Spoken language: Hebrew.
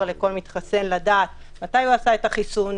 לגבי כל מתחסן לדעת מתי הוא עשה את החיסון,